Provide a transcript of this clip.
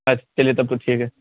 اچھا چلیے تب تو ٹھیک ہے